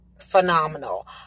phenomenal